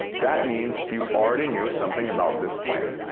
that means you already knew something about this plan.